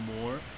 more